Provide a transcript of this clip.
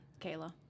Kayla